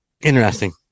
Interesting